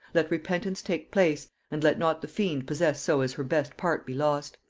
let repentance take place and let not the fiend possess so as her best part be lost.